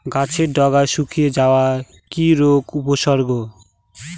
গাছের ডগা শুকিয়ে যাওয়া কি রোগের উপসর্গ?